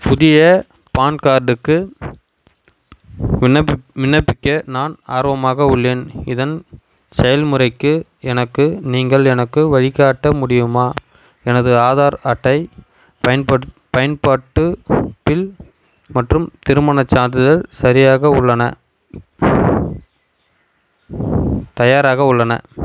புதிய பான் கார்டுக்கு விண்ணப்பிப் விண்ணப்பிக்க நான் ஆர்வமாக உள்ளேன் இதன் செயல்முறைக்கு எனக்கு நீங்கள் எனக்கு வழிகாட்ட முடியுமா எனது ஆதார் அட்டை பயன்படுத் பயன்பாட்டு தில் மற்றும் திருமண சான்றிதழ் சரியாக உள்ளன தயாராக உள்ளன